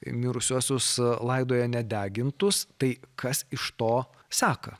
mirusiuosius laidoja nedegintus tai kas iš to seka